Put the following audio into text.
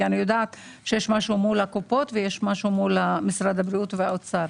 כי אני יודעת שיש משהו מול הקופות ומשהו מול משרד הבריאות והאוצר.